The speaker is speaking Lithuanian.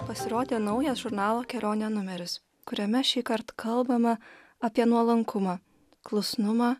pasirodė naujas žurnalo kelionė numeris kuriame šįkart kalbame apie nuolankumą klusnumą